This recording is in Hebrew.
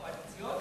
קואליציוני?